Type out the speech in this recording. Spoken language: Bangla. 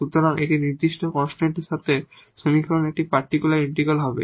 সুতরাং এটি একটি নির্দিষ্ট কনস্ট্যান্ট এর সঙ্গে এই সমীকরণ একটি পারটিকুলার ইন্টিগ্রাল হবে